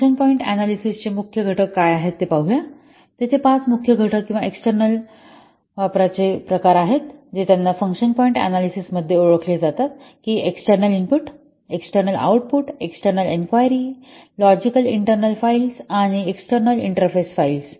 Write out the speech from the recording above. function point अनॅलिसिसचे मुख्य घटक काय आहेत ते पाहू या तेथे पाच मुख्य घटक किंवा एक्सटर्नल वापराचे टाईप आहेत जे त्यांना फंक्शन पॉइंट अनॅलिसिस मध्ये ओळखले जातात की external input external output external inquiry logical internal files आणि एक्सटर्नल इंटरफेस फाइल्स